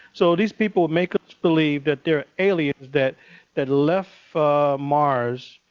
so these people make us believe that there are aliens that that left mars.